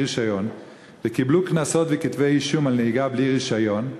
רישיון וקיבלו קנסות וכתבי-אישום על נהיגה בלי רישיון,